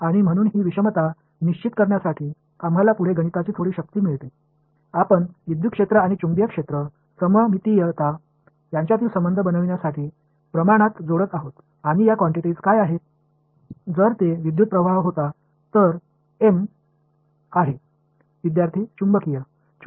எனவே அதில் ஒருவித சமச்சீரற்ற தன்மை உள்ளது எனவே இந்த சமச்சீரற்ற தன்மையை சரிசெய்ய எங்களுக்கு சில கணித சக்தியைக் கொடுக்கிறோம் நாம் என்ன செய்கிறோம் என்றால் மின்சார புலம் மற்றும் காந்தப்புல சமச்சீர் ஆகியவற்றுக்கு இடையிலான இந்த உறவுகளை உருவாக்குவதற்கு அளவுகளில் சேர்க்கிறோம்